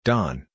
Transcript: Don